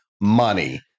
money